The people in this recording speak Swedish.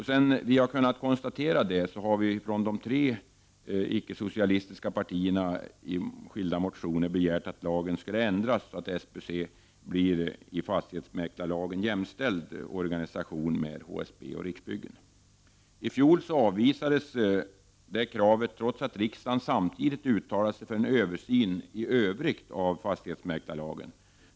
Sedan vi kunnat konstatera detta har vi från de tre icke-socialistiska partierna i skilda motioner begärt att lagen skall ändras, så att SBC blir en enligt fastighetsmäklarlagen jämställd organisation med HSB och Riksbyggen. I fjol avvisades detta krav, trots att riksdagen uttalade sig för en översyn av fastighetsmäklarlagen i övrigt.